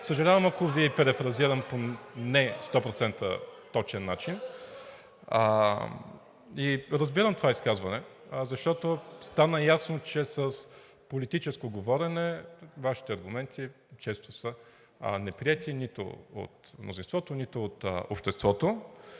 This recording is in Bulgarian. Съжалявам, ако Ви перифразирам по не 100% точен начин. Разбирам това изказване, защото стана ясно, че с политическо говорене Вашите аргументи често са неприети – нито от мнозинството, нито от обществото